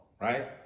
right